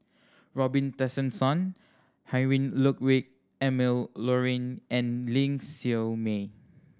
Robin Tessensohn Heinrich Ludwig Emil Luering and Ling Siew May